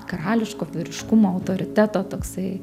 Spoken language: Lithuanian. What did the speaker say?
karališko vyriškumo autoriteto toksai